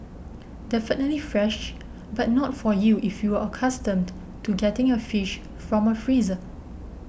definitely fresh but not for you if you're accustomed to getting your fish from a freezer